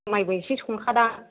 माइबो एसे संखादों